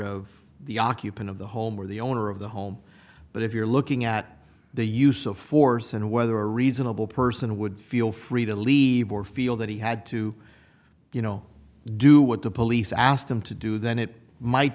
of the occupant of the home or the owner of the home but if you're looking at the use of force and whether a reasonable person would feel free to leave or feel that he had to you know do what the police asked him to do then it might